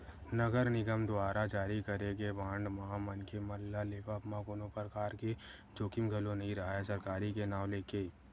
नगर निगम दुवारा जारी करे गे बांड म मनखे मन ल लेवब म कोनो परकार के जोखिम घलो नइ राहय सरकारी के नांव लेके